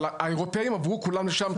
האירופאים עברו כולם לשם.